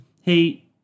hey